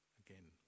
again